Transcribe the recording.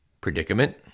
predicament